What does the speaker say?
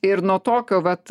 ir nuo tokio vat